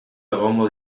egongo